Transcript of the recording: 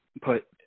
put